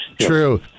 true